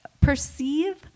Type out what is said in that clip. perceive